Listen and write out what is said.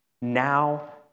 now